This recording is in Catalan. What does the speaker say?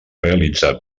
realitzar